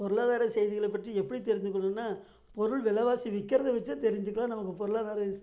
பொருளாதார செய்திகளைப் பற்றி எப்படி தெரிஞ்சிக்கணும்னா பொருள் விலைவாசி விற்கிறத வச்சே தெரிஞ்சிக்கலாம் நமக்கு பொருளாதார